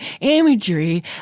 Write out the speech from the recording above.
imagery